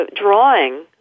drawing